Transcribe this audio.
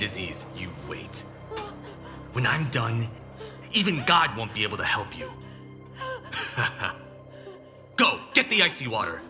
disease you wait when i'm done even god won't be able to help you go get the icy water